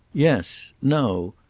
yes. no.